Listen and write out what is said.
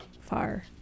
far